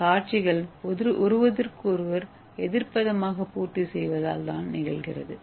இந்த காட்சிகள் ஒருவருக்கொருவர் எதிர்பதமாக பூர்த்தி செய்வதால் இது நிகழ்கிறது